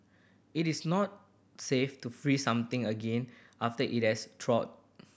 it is not safe to freeze something again after it has thawed